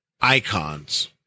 Icons